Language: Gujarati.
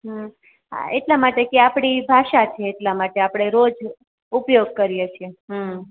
હમ હા એટલા માટે કે આપણી ભાષા છે એટલા માટે આપણે રોજ ઉપયોગ કરીએ છીએ હમ